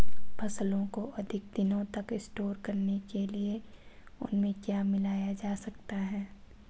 फसलों को अधिक दिनों तक स्टोर करने के लिए उनमें क्या मिलाया जा सकता है?